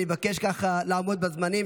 אני מבקש לעמוד בזמנים.